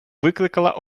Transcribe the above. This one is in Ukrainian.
викликала